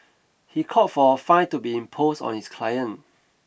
he called for a fine to be imposed on his client